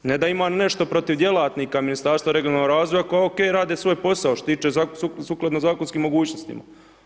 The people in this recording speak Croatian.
Ne da imam nešto protiv djelatnika Ministarstva regionalnog razvoj koji OK rade svoj posao što se tiče sukladno zakonskim mogućnostima.